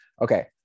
Okay